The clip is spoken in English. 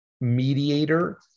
mediator